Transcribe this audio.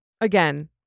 Again